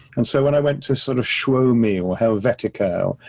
and so when i went to sort of show me, or helvetica,